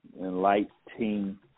enlightening